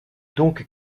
donc